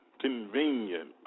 convenient